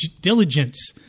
diligence